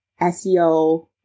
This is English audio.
SEO